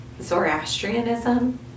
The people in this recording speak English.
Zoroastrianism